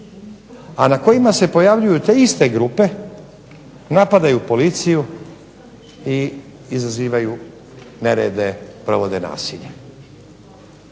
a na kojima se pojavljuju te iste grupe, napadaju policiju i izazivaju nerede, provode nasilje.